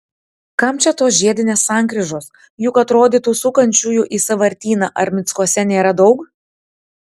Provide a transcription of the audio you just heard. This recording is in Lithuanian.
kam čia tos žiedinės sankryžos juk atrodytų sukančiųjų į sąvartyną ar mickuose nėra daug